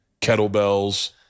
kettlebells